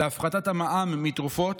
להפחתת המע"מ מתרופות,